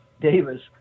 Davis